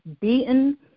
beaten